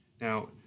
Now